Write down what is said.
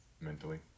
mentally